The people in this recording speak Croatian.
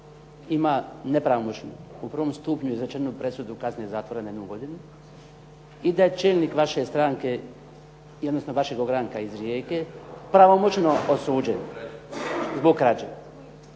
ima nepravomoćnu u prvom stupnju izrečenu presudu kazne zatvora na jednu godinu i da je čelnik vaše stranke, odnosno vašeg ogranka iz Rijeke pravomoćno osuđen zbog krađe.